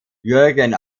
jürgen